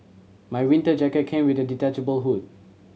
my winter jacket came with a detachable hood